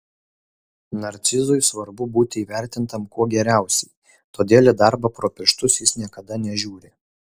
narcizui svarbu būti įvertintam kuo geriausiai todėl į darbą pro pirštus jis niekada nežiūri